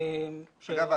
אגב,